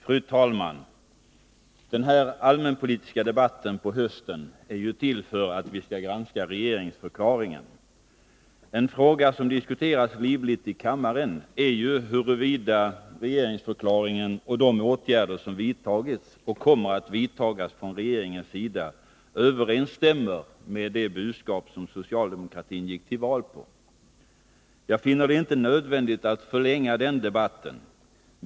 Fru talman! Den allmänpolitiska debatten på hösten är ju till för att vi skall granska regeringsförklaringen. En fråga som diskuterats livligt i kammaren är ju huruvida regeringsförklaringen och de åtgärder som vidtagits och kommer att vidtagas från regeringens sida överensstämmer med det budskap som socialdemokratin gick till val på. Jag finner det inte nödvändigt att förlänga den debatten.